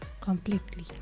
completely